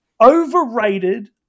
Overrated